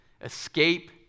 escape